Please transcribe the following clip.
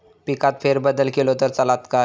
पिकात फेरबदल केलो तर चालत काय?